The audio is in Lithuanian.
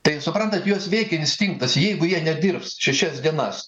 tai suprantat juos veikia instinktas jeigu jie nedirbs šešias dienas